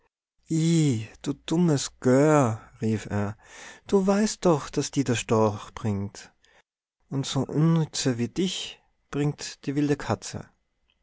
du dummes gör rief er du weißt doch daß die der storch bringt und so unnütze wie dich bringt die wilde katze